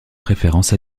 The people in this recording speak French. préférences